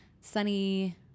sunny